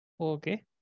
okay